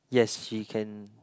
yes she can